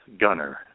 Gunner